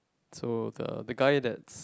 so the the guy that's